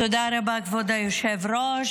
תודה רבה, כבוד היושב-ראש.